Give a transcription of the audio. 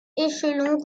échelon